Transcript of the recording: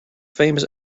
famous